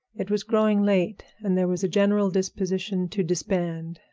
it was growing late, and there was a general disposition to disband.